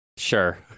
sure